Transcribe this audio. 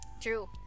True